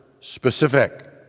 specific